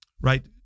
right